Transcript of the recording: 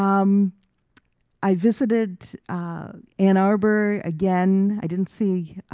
um i visited ann arbor again. i didn't see,